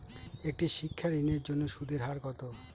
একটি শিক্ষা ঋণের জন্য সুদের হার কত?